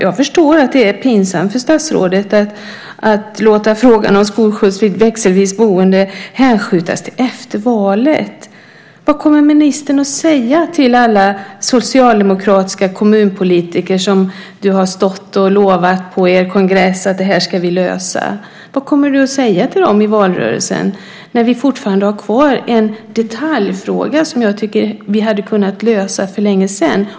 Jag förstår att det är pinsamt för statsrådet att låta frågan om skolskjuts vid växelvis boende hänskjutas till efter valet. Vad kommer du att säga till alla socialdemokratiska kommunpolitiker som du på er kongress har stått lovat att det här ska ni lösa? Vad kommer du att säga till dem i valrörelsen när vi fortfarande har kvar en detaljfråga? Jag tycker att vi borde ha kunnat lösa den för länge sedan.